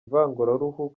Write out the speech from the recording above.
ivanguraruhu